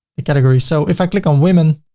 the category. so if i click on women,